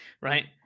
Right